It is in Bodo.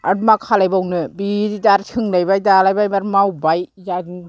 आर मा खालायबावनो बिदिनो सोंलायबाय दालायबाय आर मावबाय